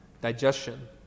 digestion